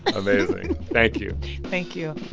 amazing. thank you thank you